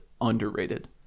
underrated